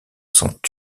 sont